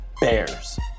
Bears